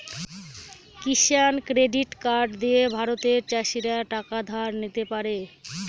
কিষান credit card দিয়ে ভারতের চাষীরা টাকা ধার নিতে পারে